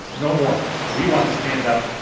no more. we want to stand up.